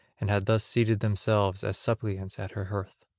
and had thus seated themselves as suppliants at her hearth.